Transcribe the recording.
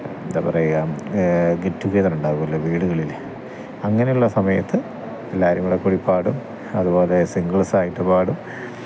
എന്താ പറയുക ഗെറ്റുഗെതറുണ്ടാകുമല്ലോ വീടുകളിൽ അങ്ങനെയുള്ള സമയത്ത് എല്ലാവരുംകൂടെ കൂടി പാടും അതുപോലെ സിംഗിള്സായിട്ട് പാടും